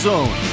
Zone